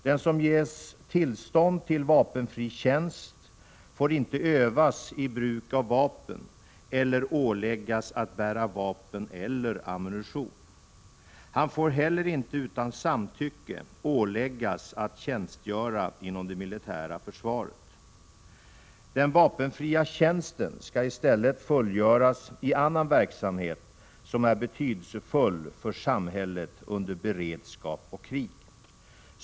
Den som ges tillstånd till vapenfri tjänst får inte övas i bruk av vapen eller åläggas att bära vapen eller ammunition. Han får heller inte utan samtycke åläggas att tjänstgöra inom det militära försvaret. Den vapenfria tjänsten skall i stället fullgöras i annan verksamhet som är betydelsefull för samhället under beredskap och krig.